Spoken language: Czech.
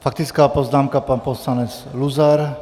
Faktická poznámka pan poslanec Luzar.